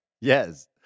Yes